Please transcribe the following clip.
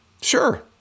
Sure